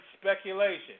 speculation